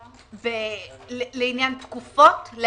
פה?